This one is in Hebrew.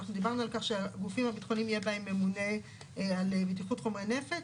אנחנו דיברנו על כך שבגופים הביטחוניים יהיה ממונה על בטיחות חומרי נפץ,